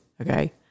okay